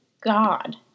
God